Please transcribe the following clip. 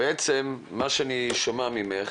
בעצם מה שאני שומע ממך,